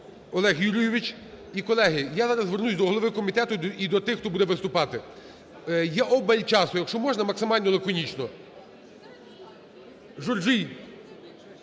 Олег Юрійович. І, колеги, я зараз звернусь до голови комітету і до тих, хто буде виступати. Є обмаль часу, якщо можна, максимально лаконічно. Журжій